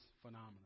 phenomenon